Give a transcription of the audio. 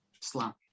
slam